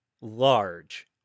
large